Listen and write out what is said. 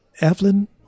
Evelyn